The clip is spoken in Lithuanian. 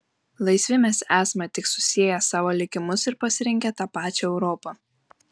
laisvi mes esame tik susieję savo likimus ir pasirinkę tą pačią europą